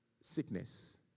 sickness